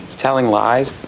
telling lies,